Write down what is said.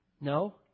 No